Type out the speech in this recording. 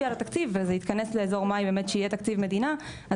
על התקציב וזה יתכנס לאזור מאי כשיהיה תקציב מדינה.